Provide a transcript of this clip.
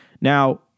Now